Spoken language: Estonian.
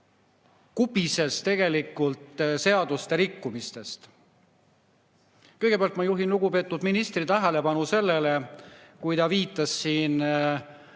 kubises tegelikult seaduste rikkumistest. Kõigepealt ma juhin lugupeetud ministri tähelepanu [ühele asjale]. Ta viitas siin